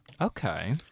Okay